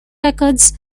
records